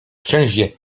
wszędzie